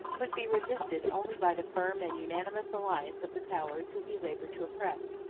could be resisted only by the firm and unanimous alliance of the powers whom he labored to oppress.